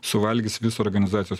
suvalgys visą organizacijos